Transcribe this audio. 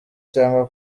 cyangwa